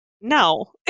no